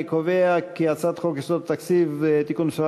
אני קובע כי הצעת חוק יסודות התקציב (תיקון מס'